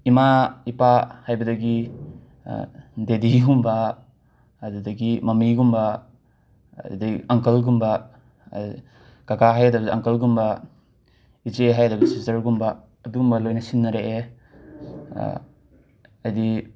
ꯏꯃꯥ ꯏꯄꯥ ꯍꯥꯏꯕꯗꯒꯤ ꯗꯦꯗꯤꯒꯨꯝꯕ ꯑꯗꯨꯗꯒꯤ ꯃꯃꯤꯒꯨꯝꯕ ꯑꯗꯩ ꯑꯪꯀꯜꯒꯨꯝꯕ ꯀꯀꯥ ꯍꯥꯏꯒꯗꯕꯗ ꯑꯪꯀꯜꯒꯨꯝꯕ ꯏꯆꯦ ꯍꯥꯏꯒꯗꯕꯗ ꯁꯤꯁꯇꯔꯒꯨꯝꯕ ꯑꯗꯨꯝꯕ ꯂꯣꯏꯅ ꯁꯤꯟꯅꯔꯛꯑꯦ ꯍꯥꯏꯗꯤ